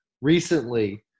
recently